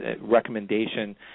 Recommendation